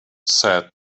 said